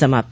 समाप्त